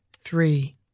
three